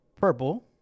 purple